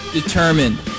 determined